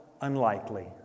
Unlikely